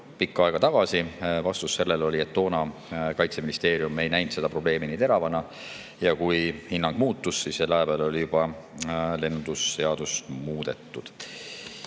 kaua aega tagasi? Vastus sellele oli, et toona Kaitseministeerium ei näinud seda probleemi nii teravana, ja kui hinnang muutus, siis selle aja peale oli lennundusseadust juba muudetud.